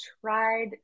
tried